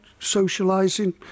socialising